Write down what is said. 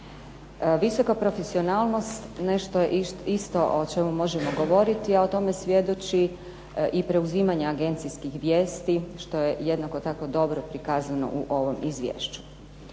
Visoka profesionalnost nešto je isto o čemu možemo govoriti, a tome svjedoči i preuzimanje agencijskih vijesti što je jednako tako dobro prikazano u ovom izvješću.